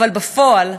אבל בפועל,